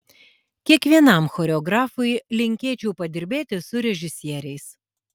kiekvienam choreografui linkėčiau padirbėti su režisieriais